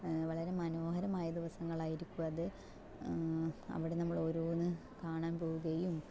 വളരെ മനോഹരമായ ദിവസങ്ങൾ ആയിരിക്കും അത് അവിടെ നമ്മൾ ഓരോന്ന് കാണാൻ പോവുകയും